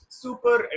super